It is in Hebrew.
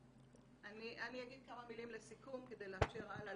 אני אגיד כמה מילים לסיכום כדי לאפשר הלאה.